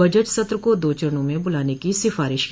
budget सत्र को दो चरणों में बुलाने की सिफारिश की